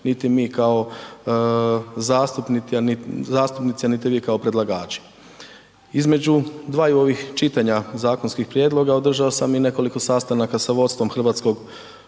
niti mi kao zastupnici, a niti vi kao predlagači. Između dvaju ovih čitanja zakonskih prijedloga, održao sam i nekoliko sastanaka sa vodstvom Hrvatskog